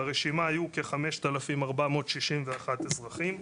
ברשימה היו כ-5,461 אזרחים,